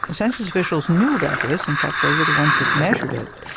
census officials knew about this, in fact they were the ones that measured it,